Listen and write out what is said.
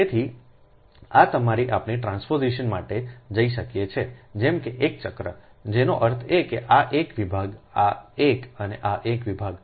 તેથી આ રીતે આપણે ટ્રાન્સપોઝિશન માટે જઈશું જેમ કે 1 ચક્રતેનો અર્થ એ કે આ એક વિભાગ આ એક અને આ એક વિભાગ